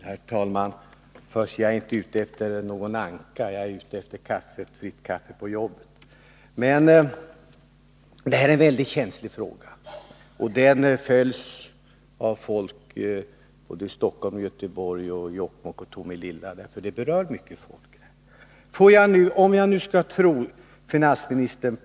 Herr talman! Jag är inte ute efter någon anka, utan efter fritt kaffe på jobbet. Detta är en mycket känslig fråga. Den följs av folk i Stockholm, Göteborg, Jokkmokk och Tomelilla, eftersom den berör många människor.